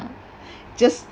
just